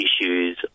issues